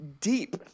deep